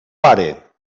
pare